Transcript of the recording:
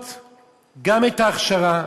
שרוצות גם את ההכשרה